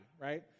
right